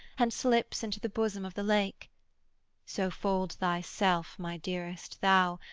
and slips into the bosom of the lake so fold thyself, my dearest, thou,